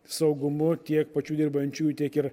saugumu tiek pačių dirbančiųjų tiek ir